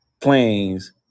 planes